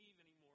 anymore